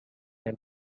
and